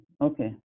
okay